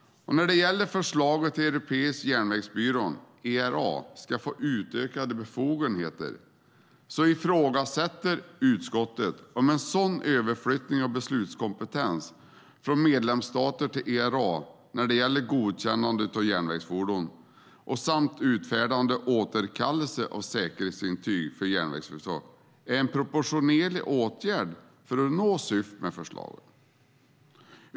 När det gäller förslaget att Europeiska järnvägsbyrån, ERA, ska få utökade befogenheter ifrågasätter utskottet om en sådan överflyttning av beslutskompetens från medlemsstaterna till ERA när det gäller godkännande av järnvägsfordon samt utfärdande och återkallelse av säkerhetsintyg för järnvägsföretag är en proportionerlig åtgärd för att nå syftet med förslagen.